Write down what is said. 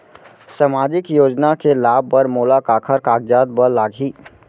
सामाजिक योजना के लाभ बर मोला काखर कागजात बर लागही?